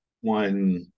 one